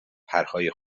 پرهای